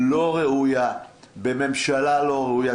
לא ראויה בממשלה לא ראויה.